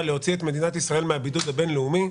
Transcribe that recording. להוציא את ישראל מהבידוד הבין-לאומי.